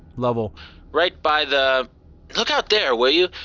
lovell right by the look out there, will you?